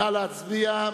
נא להצביע.